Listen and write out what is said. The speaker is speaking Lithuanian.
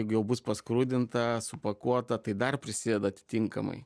jeigu jau bus paskrudinta supakuota tai dar prisideda atitinkamai